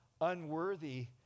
unworthy